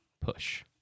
push